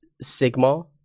Sigma